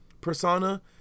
Persona